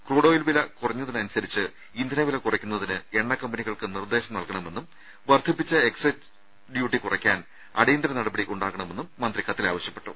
ക്രൂഡോയിലിന്റെ വില കുറഞ്ഞതിനനുസരിച്ച് ഇന്ധനവില കുറയ്ക്കുന്നതിന് എണ്ണക്കമ്പനികൾക്ക് നിർദ്ദേശം നൽകണമെന്നും വർദ്ധിപ്പിച്ച എക്സൈസ് ഡ്യൂട്ടി കുറയ്ക്കാൻ അടിയന്തര നടപടി ഉണ്ടാവണമെന്നും മന്ത്രി കത്തിൽ ആവശ്യപ്പെട്ടു